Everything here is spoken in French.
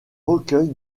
recueil